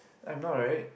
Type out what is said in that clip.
I'm not right